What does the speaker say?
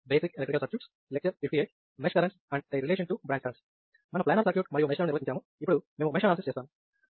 మనం ప్లానర్ సర్క్యూట్లు మరియు మెష్ లను నిర్వచించాము ఇప్పుడు మేము మెష్ అనాలసిస్ చేస్తాము